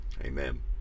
Amen